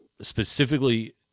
specifically